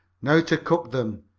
now to cook them,